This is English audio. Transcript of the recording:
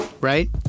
right